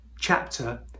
chapter